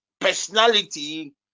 personality